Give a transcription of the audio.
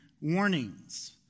warnings